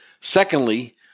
Secondly